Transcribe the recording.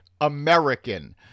American